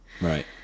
Right